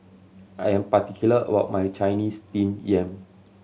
I am particular about my Chinese Steamed Yam